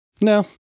No